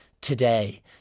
today